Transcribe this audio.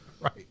right